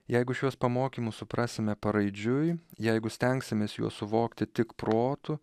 jeigu šiuos pamokymus suprasime paraidžiui jeigu stengsimės juos suvokti tik protu